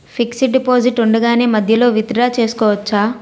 Fixed deposit ఉండగానే మధ్యలో withdraw చేసుకోవచ్చా?